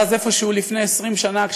היה זה איפשהו לפני 20 שנה,